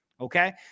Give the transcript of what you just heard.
Okay